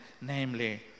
namely